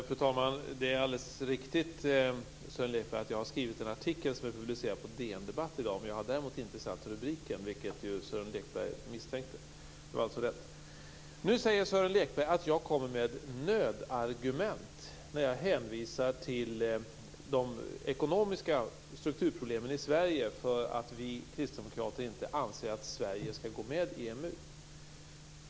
Fru talman! Det är alldeles riktigt, Sören Lekberg, att jag har skrivit en artikel som är publicerad på DN Debatt i dag. Jag har däremot inte satt rubriken, vilket Nu säger Sören Lekberg att jag kommer med nödargument när jag hänvisar till de ekonomiska strukturproblemen i Sverige som skäl för att vi kristdemokrater inte anser att Sverige skall gå med i EMU.